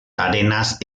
arenas